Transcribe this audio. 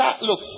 Look